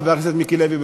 חבר הכנסת מיקי לוי,